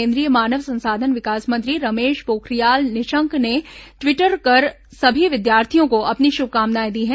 केंद्रीय मानव संसाधन विकास मंत्री रमेश पोखरियाल निशंक ने ट्वीट कर सभी विद्यार्थियों को अपनी शुभकामनाएं दी हैं